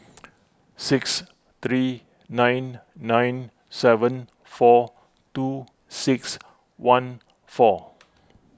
six three nine nine seven four two six one four